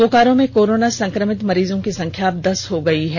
बोकारो में कोरोना संक्रमित मरीजों की संख्या अब दस हो गई है